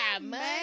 money